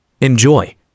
Enjoy